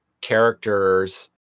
characters